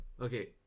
okay